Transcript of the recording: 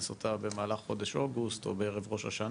אותה במהלך חודש אוגוסט או בערב ראש השנה.